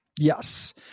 Yes